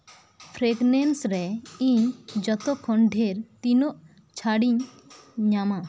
ᱯᱨᱮᱴᱱᱮᱱᱴ ᱨᱮ ᱤᱧ ᱡᱚᱛᱚᱠᱷᱚᱱ ᱰᱷᱤᱨ ᱛᱤᱱᱟᱹᱜ ᱪᱷᱟᱲᱤᱧ ᱧᱟᱢᱟ